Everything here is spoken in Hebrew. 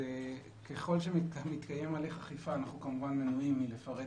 ככל שמתקיים הליך אכיפה אנחנו כמובן מנועים מלפרט